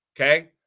Okay